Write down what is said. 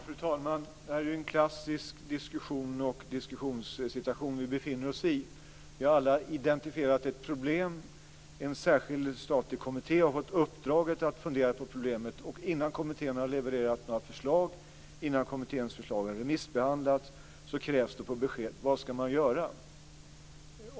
Fru talman! Det är ju en klassisk diskussionssituation som vi befinner oss i. Vi har alla identifierat ett problem. En särskild statlig kommitté har fått i uppdrag att fundera över problemet. Innan kommittén har levererat några förslag, och innan kommitténs förslag har remissbehandlats, krävs det besked om vad man ska göra.